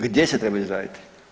Gdje se trebaju izraditi?